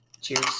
Cheers